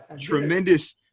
tremendous